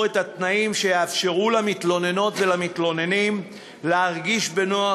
את התנאים שיאפשרו למתלוננות ולמתלוננים להרגיש בנוח,